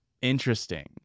Interesting